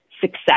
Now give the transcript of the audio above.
success